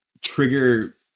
trigger